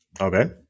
Okay